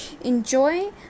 enjoy